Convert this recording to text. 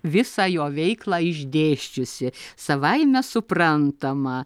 visą jo veiklą išdėsčiusi savaime suprantama